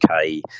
okay